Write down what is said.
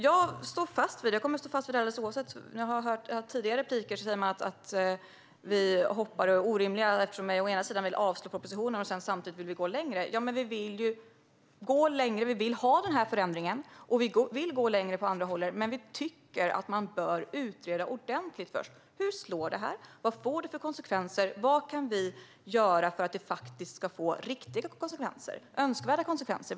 Jag står fast vid detta även om man i tidigare repliker sagt att vi hoppar och är orimliga eftersom vi vill avslå propositionen samtidigt som vi vill gå längre. Vi vill ha denna förändring och vi vill gå längre, men vi tycker att man först bör utreda ordentligt. Hur slår detta? Vad får det för konsekvenser? Vad kan vi göra för att det ska få önskvärda konsekvenser?